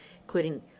including